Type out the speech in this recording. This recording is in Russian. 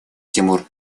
тимур